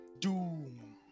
Doom